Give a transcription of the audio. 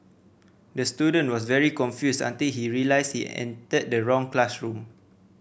the student was very confused until he realised he entered the wrong classroom